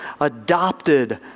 adopted